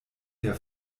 der